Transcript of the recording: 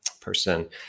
person